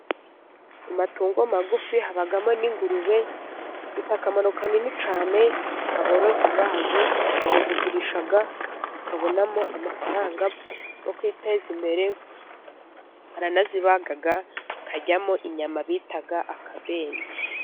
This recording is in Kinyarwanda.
Mu matungo magufi habamo n'ingurube zifite akamaro kanini cyane, aborozi bazo barazigurisha bakabonamo amafaranga yo kwiteza imbere, baranazibaga bakaryamo inyama bita akabenzi.